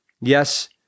Yes